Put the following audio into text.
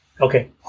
Okay